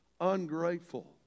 ungrateful